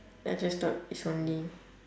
ya I just thought is only